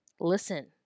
listen